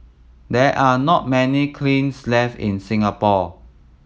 there are not many kilns left in Singapore